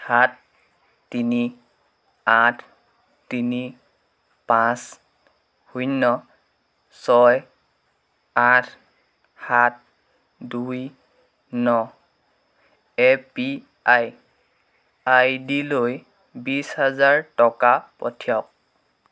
সাত তিনি আঠ তিনি পাঁচ শূন্য ছয় আঠ সাত দুই ন A P I I D লৈ বিশ হাজাৰ টকা পঠিয়াওক